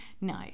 no